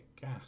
gas